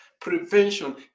Prevention